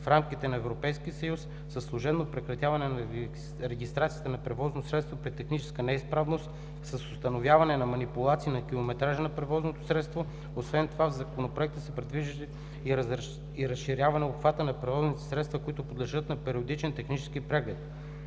в рамките на Европейския съюз със служебно прекратяване на регистрацията на превозното средство при техническа неизправност, с установяване на манипулация на километража на превозното средство. Освен това в Законопроекта се предвижда и разширяване на обхвата на превозните средства, които подлежат на периодичен технически преглед.